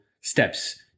steps